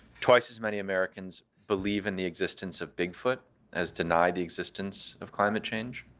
twice as many americans believe in the existence of bigfoot as deny the existence of climate change.